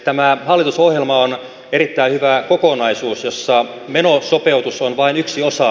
tämä hallitusohjelma on erittäin hyvä kokonaisuus jossa menosopeutus on vain yksi osa